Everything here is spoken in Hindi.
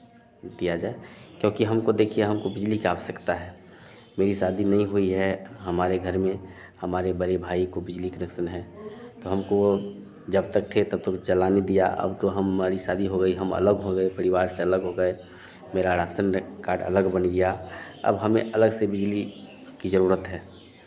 दिया जाए क्योंकि हमको देखिए हमको बिजली का आवश्यकता है मेरी शादी नई हुई है हमारे घर में हमारे बड़े भाई को बिजली कनेक्शन है तो हम को जब तक थे तब तक चलाने दिया अब तो हमारी शादी हो गई हम अलग हो गए परिवार से अलग हो गए मेरा राशन कार्ड अलग बन गया अब हमें अलग से बिजली की ज़रूरत है